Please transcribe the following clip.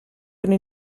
col